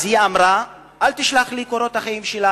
ואמרה: אל תשלח לי את קורות החיים שלה,